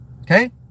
okay